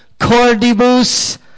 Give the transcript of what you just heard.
cordibus